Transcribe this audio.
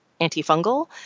antifungal